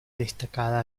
destacada